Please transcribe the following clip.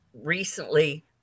recently